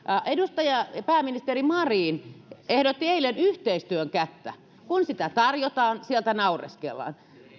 pääministeri marin ehdotti eilen yhteistyön kättä kun sitä tarjotaan sieltä naureskellaan